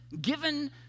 given